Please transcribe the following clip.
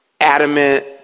adamant